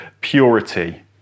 purity